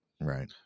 Right